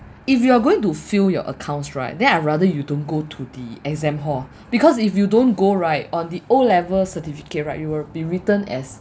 if you are going to fail your accounts right then I rather you don't go to the exam hall because if you don't go right on the O level certificate right you will be written as